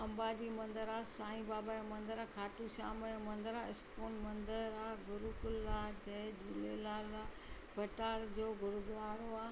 अम्बाजी मंदरु आहे साईं बाबा जो मंदरु खाटू श्याम यो मंदरु इस्कॉन मंदरु आहे गुरुकुल आहे जय झूलेलाल आहे विटायल जो गुरुद्वारो आहे